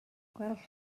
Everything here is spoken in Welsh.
gwell